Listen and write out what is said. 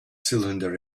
cylinder